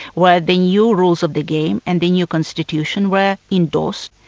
where the new rules of the game and the new constitution were endorsed,